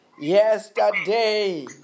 Yesterday